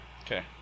Okay